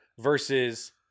versus